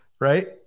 right